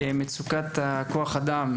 מצוקת כוח האדם,